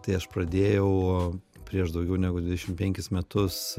tai aš pradėjau prieš daugiau negu dvidešimt penkis metus